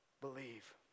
believe